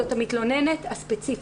זאת המתלוננת הספציפית.